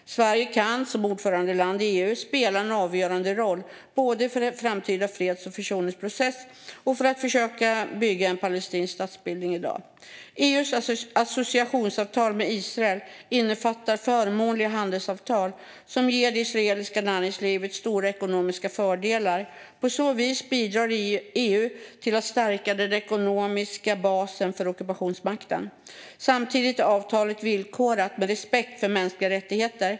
Sverige kan som ordförandeland i EU spela en avgörande roll både för en framtida freds och försoningsprocess och för försöken att bygga en palestinsk statsbildning i dag. EU:s associationsavtal med Israel innefattar förmånliga handelsavtal som ger det israeliska näringslivet stora ekonomiska fördelar. På så vis bidrar EU till att stärka den ekonomiska basen för ockupationsmakten. Samtidigt är avtalet villkorat med respekt för mänskliga rättigheter.